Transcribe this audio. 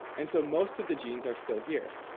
and so most of the genes are still here,